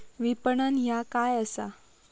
विपणन ह्या काय असा?